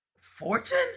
Fortune